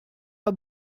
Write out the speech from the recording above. pas